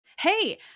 Hey